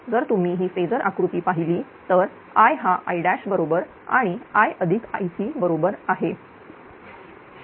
जर तुम्ही ही फेजर आकृती पाहिली तरI हा I बरोबर आणिIIc बरोबर आहे